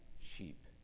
sheep